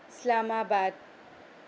Islamabad